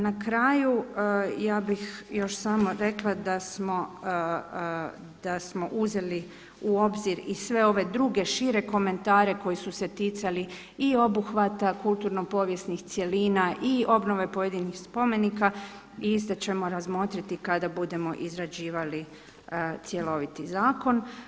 Na kraju ja bih još samo rekla da smo uzeli u obzir i sve druge, šire komentare koji su se ticali i obuhvata kulturno-povijesnih cjelina i obnove pojedinih spomenika i iste ćemo razmotriti kada budemo izrađivali cjeloviti zakon.